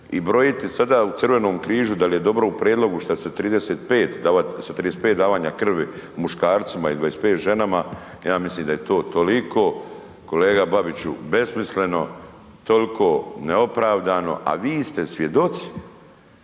i brojiti sada u Crvenom križu dal je dobro u prijedlogu šta se sa 35 davanja krvi muškarcima i 25 ženama, ja mislim da je to toliko kolega Babiću besmisleno, tolko neopravdano, a vi ste svjedoci,